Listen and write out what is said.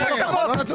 כל הכבוד.